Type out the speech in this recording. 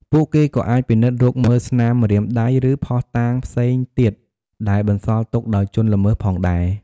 ពួកគេក៏អាចពិនិត្យរកមើលស្នាមម្រាមដៃ ឬភស្តុតាងផ្សេងទៀតដែលបន្សល់ទុកដោយជនល្មើសផងដែរ។